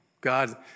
God